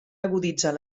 aguditzar